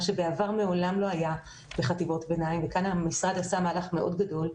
מה שבעבר מעולם לא היה בחטיבות הביניים וכאן המשרד עשה מהלך מאוד גדול.